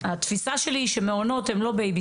התפיסה שלי היא שמעונות הם לא בייבי